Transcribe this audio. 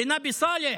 בנבי סלאח,